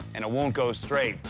and it won't go straight.